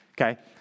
Okay